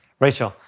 rachel,